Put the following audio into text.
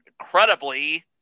incredibly